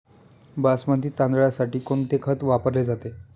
बासमती तांदळासाठी कोणते खत वापरले जाते?